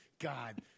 God